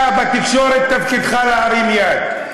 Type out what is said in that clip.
אתה, בתקשורת תפקידך להרים יד.